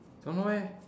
don't know eh